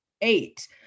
eight